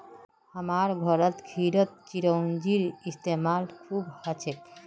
हमसार घरत खीरत चिरौंजीर इस्तेमाल खूब हछेक